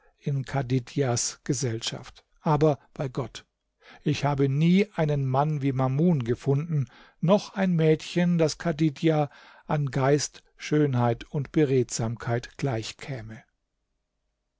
in thadidjas gesellschaft aber bei gott ich habe nie einen mann wie mamun gefunden noch ein mädchen das thadidja an geist schönheit und beredsamkeit